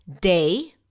day